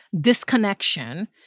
disconnection